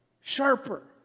sharper